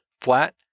flat